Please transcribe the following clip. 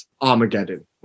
Armageddon